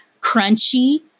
crunchy